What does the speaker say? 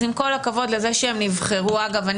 אז עם כל הכבוד לזה שהם נבחרו אגב,